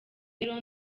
rero